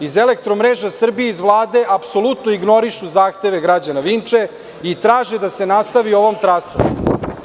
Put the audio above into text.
Iz „Elektromreža Srbije“ i iz Vlade apsolutno ignorišu zahteve građana Vinče i traže da se nastavi ovom trasom.